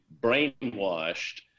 brainwashed